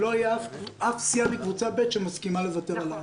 לא תהיה אף סיעה מקבוצה ב' שמסכימה לוותר.